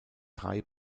drei